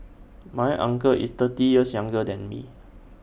my uncle is thirty years younger than me